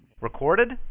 Recorded